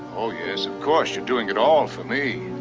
oh, yes. of course. you're doing it all for me.